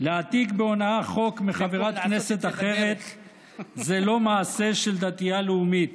להעתיק בהונאה חוק מחברת כנסת אחרת זה לא מעשה של דתייה לאומית,